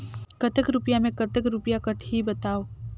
कतेक रुपिया मे कतेक रुपिया कटही बताव?